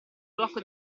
blocco